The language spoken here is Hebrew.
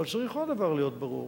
אבל צריך עוד דבר להיות ברור: